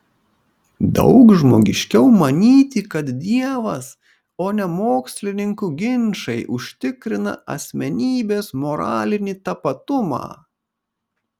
daug žmogiškiau manyti kad dievas o ne mokslininkų ginčai užtikrina asmenybės moralinį tapatumą